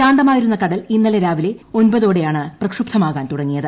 ശാന്തമായിരുന്ന കടൽ ഇന്നലെ രാവിലെ ഒമ്പതോടെയാണ് പ്രക്ഷുബ്ധമാകാൻ തുടങ്ങിയത്